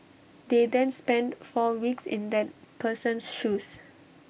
they then spend four weeks in that person's shoes